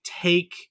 take